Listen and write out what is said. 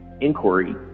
inquiry